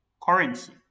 currency